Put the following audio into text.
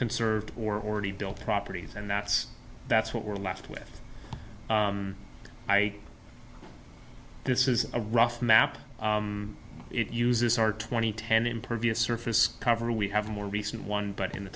conserved or already built properties and that's that's what we're left with i this is a rough map it uses our twenty ten impervious surface cover we have a more recent one but in the